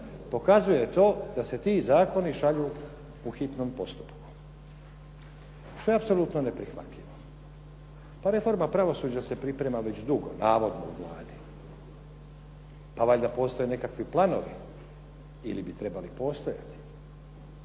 pokazuje to da se ti zakoni šalju u hitnom postupku. Što je apsolutno neprihvatljivo. Pa reforma pravosuđa se priprema već dugo, navodno u Vladi, pa valja postoje nekakvi planovi ili bi trebali postojati.